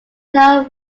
know